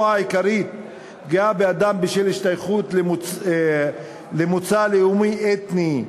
העיקרית פגיעה באדם בשל השתייכות למוצא לאומי-אתני,